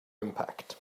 impact